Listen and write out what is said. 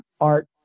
art